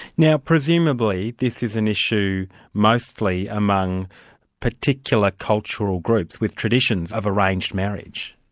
now presumably, this is an issue mostly among particular cultural groups, with traditions of arranged marriage.